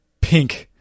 pink